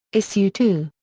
issue two.